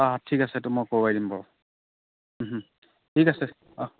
অঁ ঠিক আছে এইটো মই কৰোৱাই দিম বাৰু ঠিক আছে অঁহ্